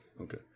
Okay